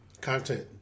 content